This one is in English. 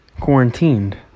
quarantined